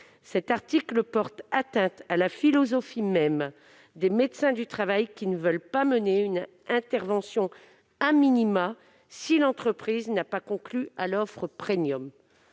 Cet article porte atteinte à la philosophie même du rôle des médecins du travail, qui ne veulent pas mener une intervention si l'entreprise n'a pas souscrit à l'offre.